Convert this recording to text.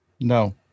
No